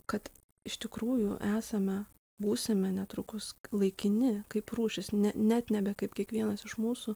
kad iš tikrųjų esame būsime netrukus laikini kaip rūšys ne net nebe kaip kiekvienas iš mūsų